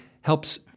helps